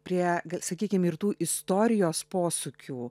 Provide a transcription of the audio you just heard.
prie sakykim ir tų istorijos posūkių